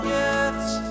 gifts